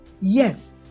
yes